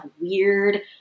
weird